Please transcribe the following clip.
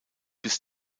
bis